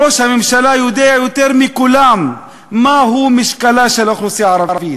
ראש הממשלה יודע יותר מכולם מהו משקלה של האוכלוסייה הערבית.